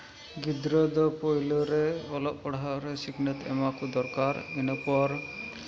ᱜᱤᱫᱽᱨᱟᱹ ᱫᱚ ᱯᱳᱭᱞᱳ ᱨᱮ ᱚᱞᱚᱜ ᱯᱟᱲᱦᱟᱣ ᱨᱮ ᱥᱤᱠᱷᱱᱟᱹᱛ ᱮᱢᱟᱠᱚ ᱫᱚᱨᱠᱟᱨ ᱤᱱᱟᱹ ᱯᱚᱨ